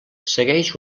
segueix